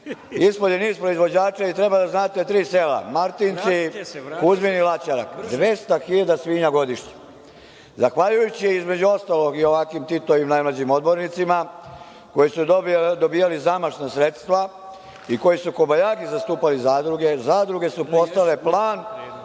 je niz proizvođača i treba da znate tri sela, Martinci, Kuzmin i Laćarak, 200.000 svinja godišnje. Zahvaljujući između ostalog i ovakvim Titovim najmlađim odbornicima koji su dobijali zamašna sredstva i koja su kobajagi zastupali zadruge, zadruge su postajale plen